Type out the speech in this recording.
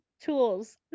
tools